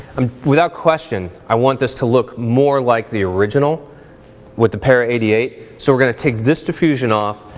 um without question, i want this to look more like the original with the para eighty eight, so we're gonna take this diffusion off,